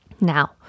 Now